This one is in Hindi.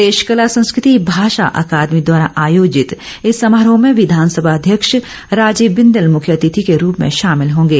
प्रदेश कला संस्कृति भाषा अकादमी द्वारा आयोजित इस समारोह में विधानसभा अध्यक्ष राजीव बिंदल मुख्य अतिथि के रूप में शामिल होंगे